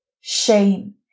shame